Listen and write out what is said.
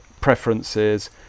preferences